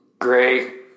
Gray